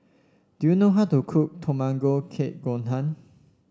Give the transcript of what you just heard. do you know how to cook Tamago Kake Gohan